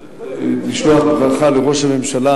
ברכה לראש הממשלה.